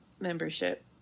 Membership